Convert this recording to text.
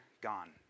gone